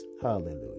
Hallelujah